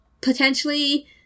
potentially